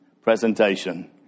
presentation